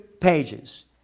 pages